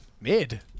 Mid